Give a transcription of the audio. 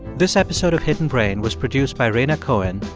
this episode of hidden brain was produced by rhaina cohen,